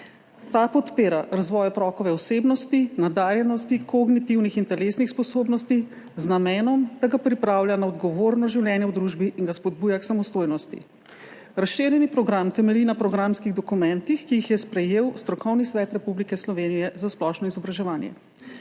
ta podpira razvoj otrokove osebnosti, nadarjenosti, kognitivnih in telesnih sposobnosti z namenom, da ga pripravlja na odgovorno življenje v družbi in ga spodbuja k samostojnosti. Razširjeni program temelji na programskih dokumentih, ki jih je sprejel Strokovni svet Republike Slovenije za splošno izobraževanje.